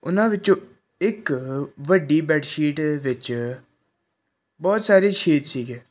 ਉਹਨਾਂ ਵਿੱਚੋਂ ਇੱਕ ਵੱਡੀ ਬੈਡਸ਼ੀਟ ਵਿੱਚ ਬਹੁਤ ਸਾਰੇ ਛੇਦ ਸੀਗੇ